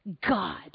God